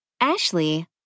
ashley